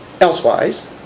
elsewise